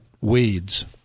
weeds